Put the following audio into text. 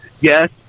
Yes